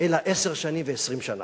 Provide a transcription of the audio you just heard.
אלא עשר שנים ו-20 שנה.